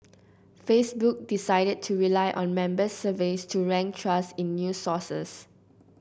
facebook decided to rely on member surveys to rank trust in new sources